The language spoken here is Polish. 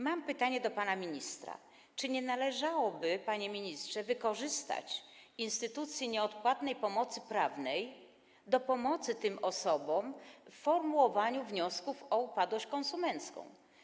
Mam pytanie do pana ministra: Czy nie należałoby, panie ministrze, wykorzystać instytucji nieodpłatnej pomocy prawnej do pomocy tym osobom w formułowaniu wniosków o upadłość konsumencką?